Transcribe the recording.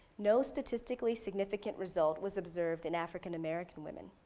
no statistically significant result was observed in african-american women.